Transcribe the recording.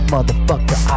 Motherfucker